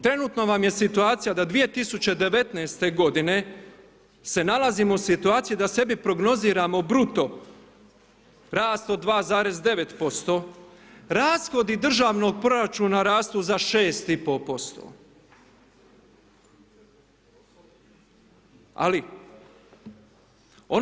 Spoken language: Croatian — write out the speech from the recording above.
Trenutno vam je situacija da 2019. g. se nalazimo u situaciji da sebi prognoziramo bruto rast od 2,9%, rashodi državnog proračuna rastu za 6,5%